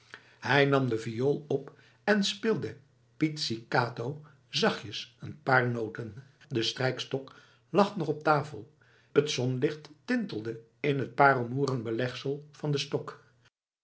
hij nam de viool op en speelde pizzicato zachtjes een paar noten de strijkstok lag nog op tafel het zonlicht tintelde in het paarlmoeren belegsel van den stok